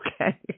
Okay